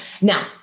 Now